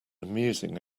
amusing